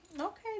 Okay